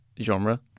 genre